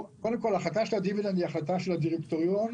ההחלטה על הדיבידנד היא החלטה של הדירקטוריון.